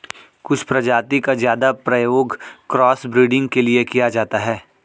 कुछ प्रजाति का ज्यादा प्रयोग क्रॉस ब्रीडिंग के लिए किया जाता है